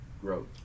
growth